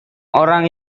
orang